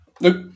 Nope